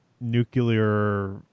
nuclear